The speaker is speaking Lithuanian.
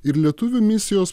ir lietuvių misijos